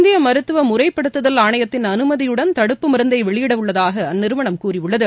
இந்திய மருத்துவ முறைப்படுத்துதல் ஆணையத்தின் அனுமதியுடன் தடுப்பு மருந்தை வெளியிடப்பட உள்ளதாக அந்நிறுவனம் கூறியுள்ளது